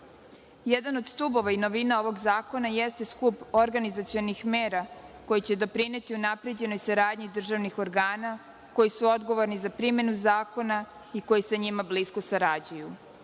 od stubova i novina ovog zakona jeste skup organizacionih mera koja će doprineti unapređenoj saradnji državnih organa koji su odgovorni za primenu zakona i koji sa njima blisko sarađuju.